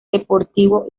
deportivo